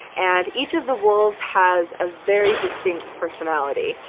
and each of the wolves has a very distinct personality.